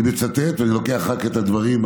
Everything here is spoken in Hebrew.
אני מצטט, ואני לוקח רק את ה-highlight: